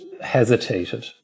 hesitated